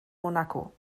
monaco